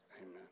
amen